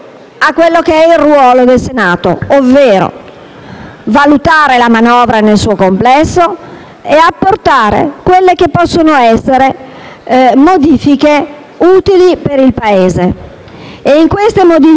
valutare la manovra nel suo complesso e apportare quelle che possono essere modifiche utili per il Paese. E di queste ne troviamo davvero tante.